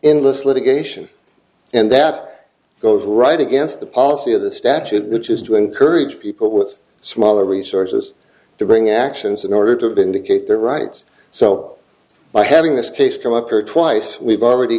endless litigation and that goes right against the policy of the statute which is to encourage people with smaller resources to bring actions in order to vindicate their rights so by having this case come up or twice we've already